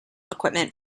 equipment